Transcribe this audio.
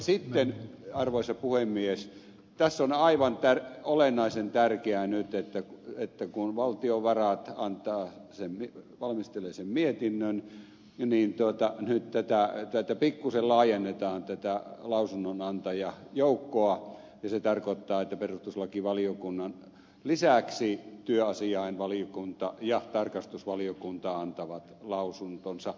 sitten arvoisa puhemies tässä on aivan olennaisen tärkeää että kun valtiovarat valmistelee sen mietinnön niin nyt pikkuisen laajennetaan tätä lausunnonantajajoukkoa ja se tarkoittaa että perustuslakivaliokunnan lisäksi työasiainvaliokunta ja tarkastusvaliokunta antavat lausuntonsa